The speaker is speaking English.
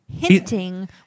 hinting